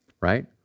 right